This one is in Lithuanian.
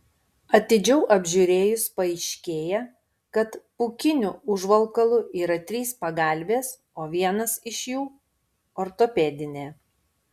atidžiau apžiūrėjus paaiškėja kad pūkiniu užvalkalu yra trys pagalvės o vienas iš jų ortopedinė